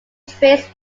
traced